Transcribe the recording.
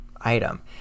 item